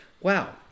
Wow